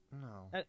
No